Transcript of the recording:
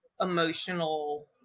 emotional